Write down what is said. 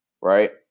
right